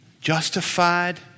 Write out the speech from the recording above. justified